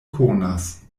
konas